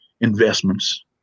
investments